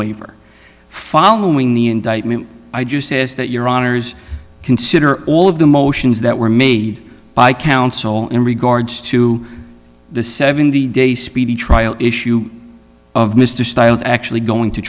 waiver following the indictment i do says that your honors consider all of the motions that were made by counsel in regards to the seven the day speedy trial issue of mr stiles actually going to